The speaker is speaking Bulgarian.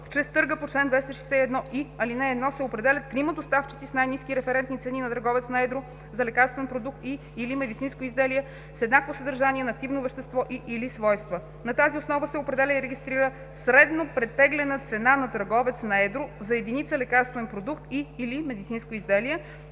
Чрез търга по чл. 261и, ал. 1 се определят трима доставчици с най-ниски референтни цени на търговец на едро за лекарствен продукт и/или медицинско изделие с еднакво съдържание на активно вещество и/или свойства. На тази основа се определя и регистрира „Среднопретеглена цена на търговец на едро“ за единица лекарствен продукт и/или медицинско изделие.